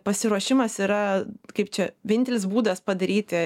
pasiruošimas yra kaip čia vienintelis būdas padaryti